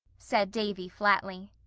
said davy flatly.